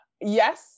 Yes